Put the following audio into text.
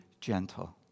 gentle